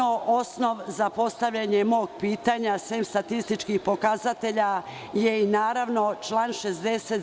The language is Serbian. Osnov za postavljanje mog pitanja, sem statističkih pokazatelja, je i član 60.